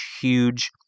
huge